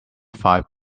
five